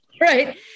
right